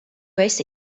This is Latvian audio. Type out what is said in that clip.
esi